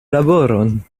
laboron